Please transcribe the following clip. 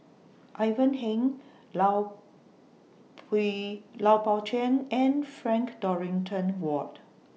Ivan Heng Lao Lao Pao Chuen and Frank Dorrington Ward